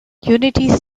unity